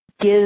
give